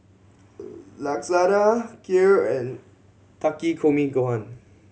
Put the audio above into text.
Lasagna Kheer and Takikomi Gohan